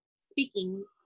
speaking